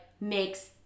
makes